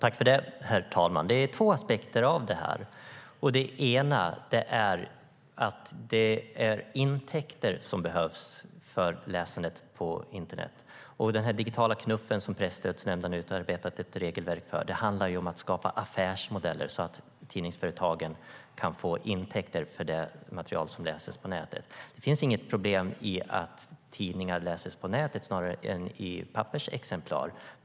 Herr talman! Det är två aspekter i detta. Den ena är att det behövs intäkter för läsandet på internet. Den digitala knuff som Presstödsnämnden utarbetat ett regelverk för handlar om affärsmodeller så att tidningsföretagen kan få intäkter för det material som läses på nätet. Det finns inget problem i att tidningar läses på nätet snarare än i pappersexemplar.